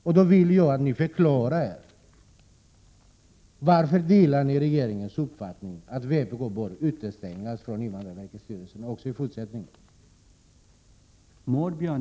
Jag vill att ni förklarar varför ni delar regeringens uppfattning att vpk bör utestängas från invandrarverkets styrelse också i fortsättningen.